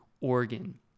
organ